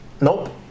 nope